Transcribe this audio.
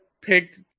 picked